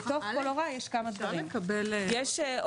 יש לנו